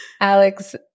Alex